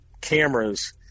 cameras